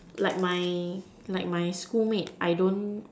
like my like my schoolmates I don't